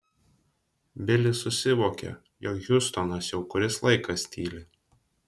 bilis susivokė jog hjustonas jau kuris laikas tyli